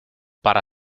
para